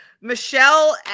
Michelle